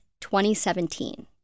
2017